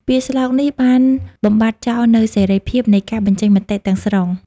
ពាក្យស្លោកនេះបានបំបាត់ចោលនូវសេរីភាពនៃការបញ្ចេញមតិទាំងស្រុង។